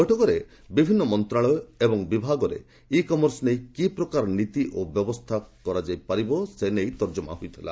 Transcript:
ବୈଠକରେ ବିଭିନ୍ନ ମନ୍ତ୍ରଶାଳୟ ଓ ବିଭାଗରେ ଇ କମର୍ସ ନେଇ କି ପ୍ରକାର ନୀତି ଓ ବ୍ୟବସ୍ଥା ହେବ ସେ ନେଇ ତର୍ଜମା ହୋଇଥିଲା